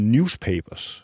Newspapers